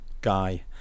guy